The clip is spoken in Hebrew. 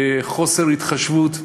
חוסר התחשבות,